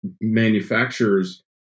manufacturers